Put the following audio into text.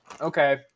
Okay